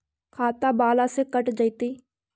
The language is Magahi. खाता बाला से कट जयतैय?